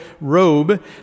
robe